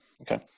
Okay